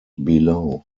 below